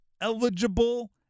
eligible